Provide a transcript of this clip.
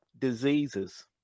diseases